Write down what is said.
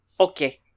okay